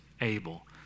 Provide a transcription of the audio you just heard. able